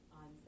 on